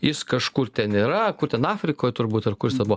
jis kažkur ten yra kur ten afrikoj turbūt ar kur jis ten buvo